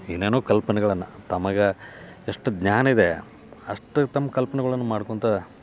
ಏನೇನೋ ಕಲ್ಪನೆಗಳನ್ನು ತಮಗೆ ಎಷ್ಟು ಜ್ಞಾನಿದೆ ಅಷ್ಟು ತಮ್ಮ ಕಲ್ಪನೆಗಳನ್ನ ಮಾಡ್ಕೊತ